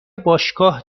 باشگاه